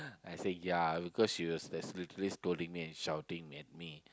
I said ya because she was like literally scolding me and shouting at me